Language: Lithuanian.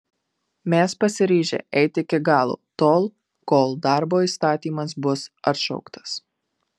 mes pasiryžę eiti iki galo tol kol darbo įstatymas bus atšauktas